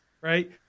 right